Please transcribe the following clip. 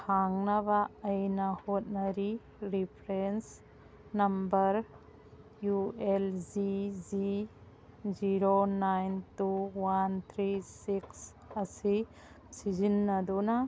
ꯍꯪꯅꯕ ꯑꯩꯅ ꯍꯣꯠꯅꯔꯤ reference number U L G G zero nine two one three six ꯑꯁꯤ ꯁꯤꯖꯤꯟꯅꯗꯨꯅ